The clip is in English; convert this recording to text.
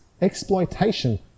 exploitation